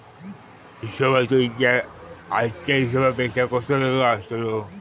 हिशोबाचो इतिहास आजच्या हिशेबापेक्षा कसो वेगळो आसा?